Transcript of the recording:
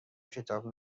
کتاب